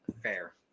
Fair